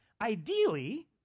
Ideally